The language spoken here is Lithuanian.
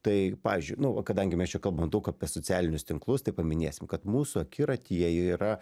tai pavyzdžiui nu va kadangi mes čia kalbame daug apie socialinius tinklus tai paminėsim kad mūsų akiratyje yra